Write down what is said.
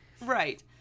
Right